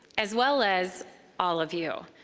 as well as all of you.